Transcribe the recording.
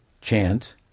chant